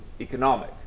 economic